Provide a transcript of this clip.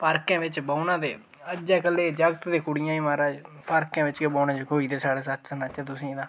पार्के बिच्च बौह्ना ते अज्जकलै दे जागत ते कुड़ियां बी महाराज पार्के बिच्च गै बोह्ने जुगड़े होई दे जेकर सच सनाचै तुसेंगी तां